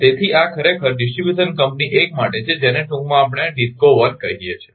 તેથી આ ખરેખર ડિસ્ટ્રિબ્યુશન કંપની 1 માટે છે જેને ટૂંકમાં આપણે ડિસ્કો 1 તરીકે કહીએ છીએ